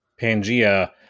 Pangaea